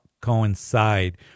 coincide